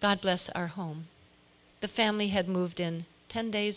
god bless our home the family had moved in ten days